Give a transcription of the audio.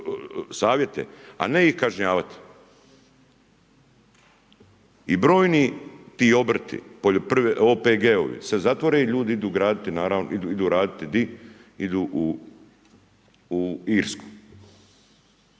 savjete, a ne ih kažnjavati. I brojni ti obrti, OPG-ovi se zatvore i ljudi idu graditi, idu raditi gdje? Idu u Irsku.